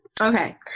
Okay